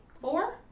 Four